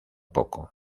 poco